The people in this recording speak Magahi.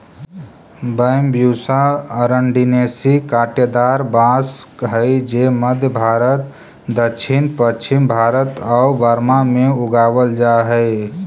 बैम्ब्यूसा अरंडिनेसी काँटेदार बाँस हइ जे मध्म भारत, दक्षिण पश्चिम भारत आउ बर्मा में उगावल जा हइ